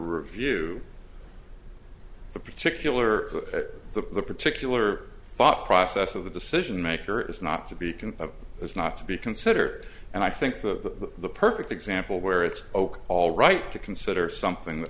review the particular the particular thought process of the decision maker is not to be can it's not to be considered and i think the perfect example where it's all right to consider something that